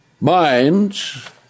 minds